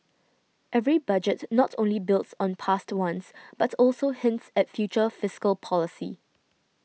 every Budget not only builds on past ones but also hints at future fiscal policy